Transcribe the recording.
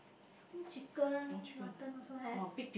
think chicken mutton also have